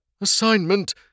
Assignment